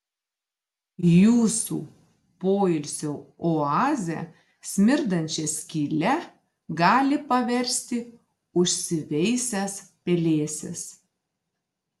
jūsų poilsio oazę smirdančia skyle gali paversti užsiveisęs pelėsis